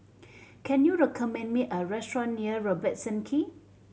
can you recommend me a restaurant near Robertson Quay